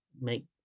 make